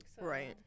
right